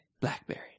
Blackberry